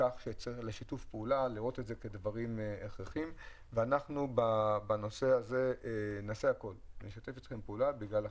מביא אותם לשיתוף פעולה ואנחנו נעשה הכול בנושא הזה ונשתף איתכם פעולה.